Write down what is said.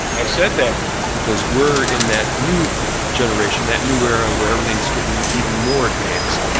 i said that because we're in that new generation, that new era where everything's getting even more advanced.